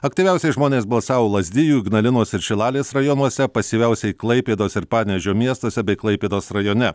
aktyviausiai žmonės balsavo lazdijų ignalinos ir šilalės rajonuose pasyviausiai klaipėdos ir panevėžio miestuose bei klaipėdos rajone